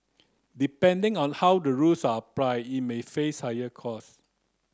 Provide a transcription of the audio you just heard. depending on how the rules are applied it may face higher cost